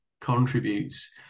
contributes